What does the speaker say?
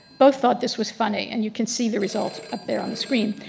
both thought this was funny, and you can see the result up there on the screen.